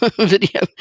video